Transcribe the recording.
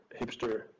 hipster